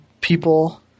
people